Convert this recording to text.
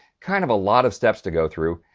kind of a lot of steps to go through.